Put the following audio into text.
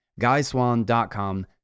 guyswan.com